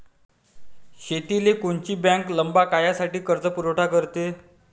शेतीले कोनची बँक लंब्या काळासाठी कर्जपुरवठा करते?